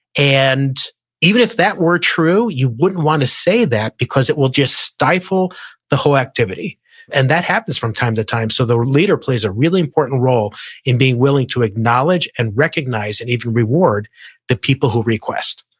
and even if that were true, you wouldn't wanna say that because it will just stifle the whole activity and that happens from time to time. so the leader plays a really important role in being willing to acknowledge and recognize and even reward the people who request.